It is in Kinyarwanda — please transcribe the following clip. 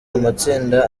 amatsinda